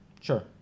Sure